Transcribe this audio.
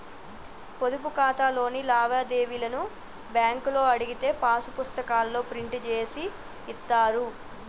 పొదుపు ఖాతాలోని లావాదేవీలను బ్యేంకులో అడిగితే పాసు పుస్తకాల్లో ప్రింట్ జేసి ఇత్తారు